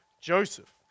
Joseph